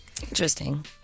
Interesting